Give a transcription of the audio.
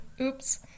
Oops